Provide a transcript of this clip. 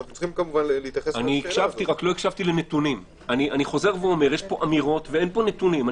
יש פה אמירות ולא נתונים.